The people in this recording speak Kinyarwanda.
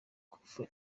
kuva